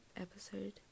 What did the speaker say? episode